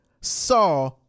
saw